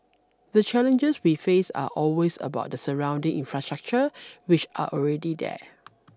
the challenges we face are always about the surrounding infrastructure which are already there